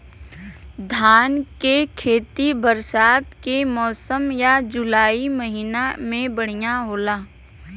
धान के खेती बरसात के मौसम या जुलाई महीना में बढ़ियां होला?